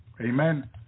Amen